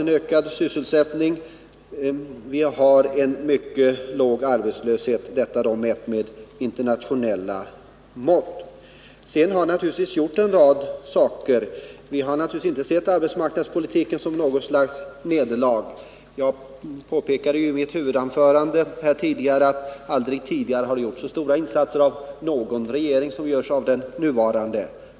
Vi har, mätt med internationella mått, en mycket låg arbetslöshet. Det har också vidtagits en rad åtgärder på det området. Vi har inte från folkpartiets sida sett arbetsmarknadspolitiken som något slags nederlag. Jag påpekade tidigare i mitt huvudanförande att det aldrig förut har gjorts så stora insatser av någon regering som de som gjorts av den nuvarande.